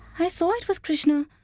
i saw it was krishnau.